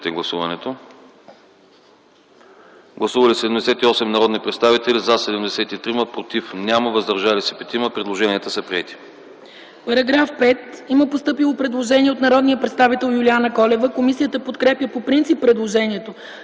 Гласували 78 народни представители: за 73, против няма, въздържали се 5. Предложенията са приети.